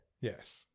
Yes